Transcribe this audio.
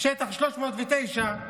שטח 309,